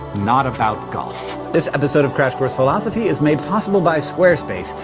not about golf. this episode of crash course philosophy is made possible by squarespace.